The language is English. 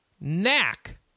Knack